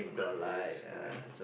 yes correct